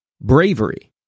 bravery